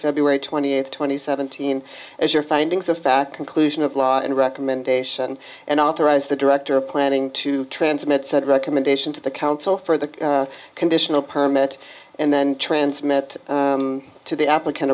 february twentieth twenty seventeen as your findings of fact conclusion of law and recommendation and authorize the director of planning to transmit said recommendation to the council for the conditional permit and then transmit to the applicant